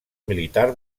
militar